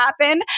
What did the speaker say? happen